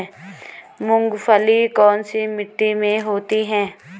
मूंगफली कौन सी मिट्टी में होती है?